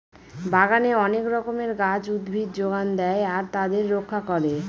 বাগানে অনেক রকমের গাছ, উদ্ভিদ যোগান দেয় আর তাদের রক্ষা করে